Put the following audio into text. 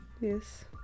yes